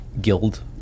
guild